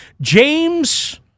James